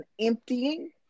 emptying